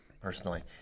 personally